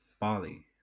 Bali